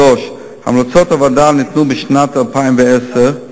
3. המלצות הוועדה ניתנו בשנת 2010,